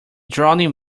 drowning